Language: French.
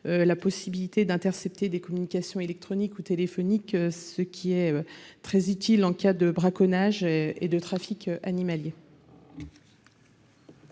la possibilité d'intercepter des communications électroniques ou téléphoniques, ce qui est très utile en cas de braconnage et de trafic animalier.